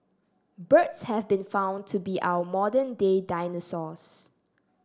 birds have been found to be our modern day dinosaurs